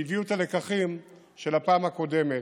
שהביאו את הלקחים של הפעם הקודמת,